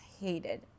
hated